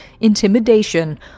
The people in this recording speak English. intimidation